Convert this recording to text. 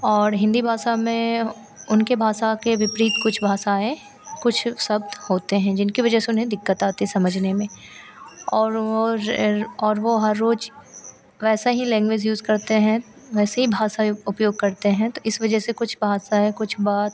और हिन्दी भासा में उनके भासा के विपरीत कुछ भासाएँ कुछ शब्द होते हैं जिनकी वजह से उन्हें दिक्कत आती समझने में और वो और वो हर रोज वैसा ही लैन्ग्वेज यूज करते हैं वैसे ही भासा उ उपयोग करते हैं तो इस वजह से कुछ भासाएँ कुछ बात